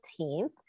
18th